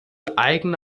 eigene